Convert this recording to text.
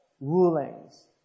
rulings